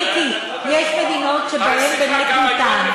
מיקי, יש מדינות שבהן באמת ניתן.